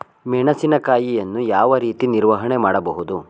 ಮೆಣಸಿನಕಾಯಿಯನ್ನು ಯಾವ ರೀತಿ ನಿರ್ವಹಣೆ ಮಾಡಬಹುದು?